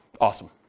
Awesome